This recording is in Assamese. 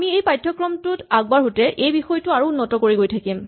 আমি এই পাঠ্যক্ৰমটোত আগবাঢ়োতে এই বিষয়টো আৰু উন্নত কৰি গৈ থাকিম